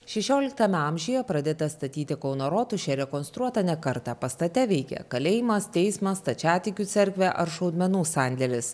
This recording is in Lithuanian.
šešioliktame amžiuje pradėta statyti kauno rotušė rekonstruota ne kartą pastate veikė kalėjimas teismas stačiatikių cerkvė ar šaudmenų sandėlis